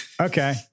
okay